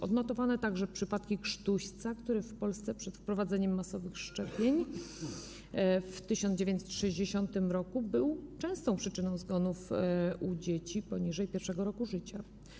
Odnotowano także przypadki krztuśca, który w Polsce przed wprowadzeniem masowych szczepień w 1960 r. był częstą przyczyną zgonów u dzieci poniżej 1. roku życia.